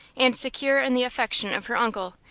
and secure in the affection of her uncle,